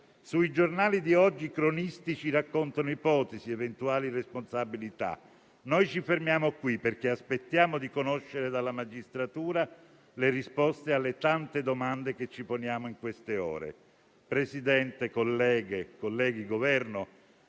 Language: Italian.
Sui giornali di oggi i cronisti ci raccontano ipotesi ed eventuali responsabilità. Noi ci fermiamo qui, perché aspettiamo di conoscere dalla magistratura le risposte alle tante domande che ci poniamo in queste ore. Signor Presidente, colleghe e colleghi,